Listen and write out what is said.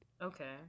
Okay